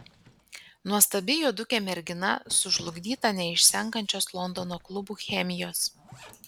nuostabi juodukė mergina sužlugdyta neišsenkančios londono klubų chemijos